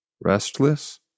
Restless